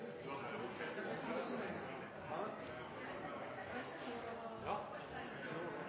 år er det dobbelt så